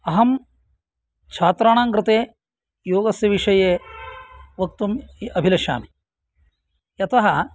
अहं छात्राणाङ्कृते योगस्य विषये वक्तुम् अभिलषामि यतः